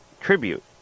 tribute